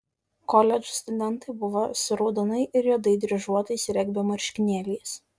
koledžų studentai buvo su raudonai ir juodai dryžuotais regbio marškinėliais